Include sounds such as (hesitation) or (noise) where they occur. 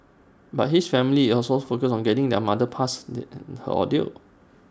but his family is also focused on getting their mother past (hesitation) her ordeal